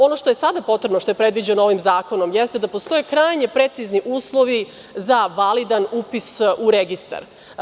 Ono što je sada potrebno, što je predviđeno ovim zakonom, jeste da postoje krajnje precizni uslovi za validan upis u registar.